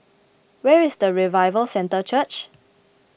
where is Revival Centre Church